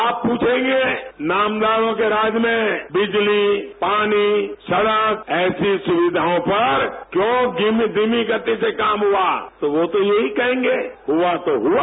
आप प्रछंगे नामदारों के राज्य में बिजली पानी सड़क जैसी सुक्विधाओं पर क्यों धीमी धीमी गति से काम हुआ तो वह तो यही कहंगे कि हुआ तो हुआ